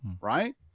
right